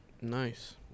Nice